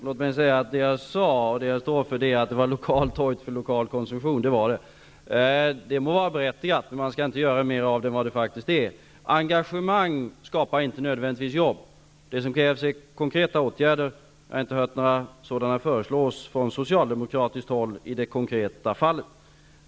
Fru talman! Det jag sade -- och det står jag för -- var att det var lokalt hojt för lokal konsumtion; det var det. Det må vara berättigat, men man skall inte göra mer av det än vad det faktiskt är. Engagemang skapar inte nödvändigtvis jobb. Vad som krävs är konkreta åtgärder. Jag har inte hört några sådana föreslås från socialdemokratiskt hål i det konkreta fallet.